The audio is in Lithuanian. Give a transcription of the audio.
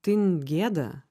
tin gėda